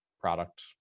product